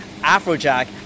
Afrojack